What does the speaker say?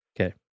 Okay